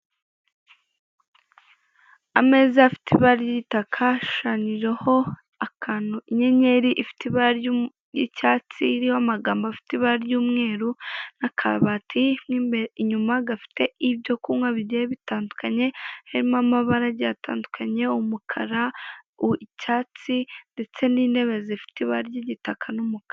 Ameza afite ibara ry'igitaka, ashushanyijeho akantu inyenyeri ifite ibara ry'icyatsi, iriho amagambo afite ibara ry'umweru n'akabati inyuma gafite ibyo kunywa bigiye bitandukanye, harimo amabara atandukanye umukara, icyatsi ndetse n'intebe zifite ibara ry'igitaka n'umukara.